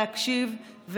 להקשיב,